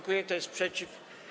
Kto jest przeciw?